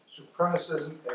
supremacism